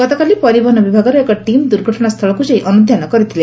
ଗତକାଲି ପରିବହନ ବିଭାଗର ଏକ ଟିମ୍ ଦୁର୍ଘଟଶା ସ୍ଥଳକୁ ଯାଇ ଅନୁଧ୍ଯାନ କରିଥିଲେ